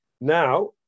Now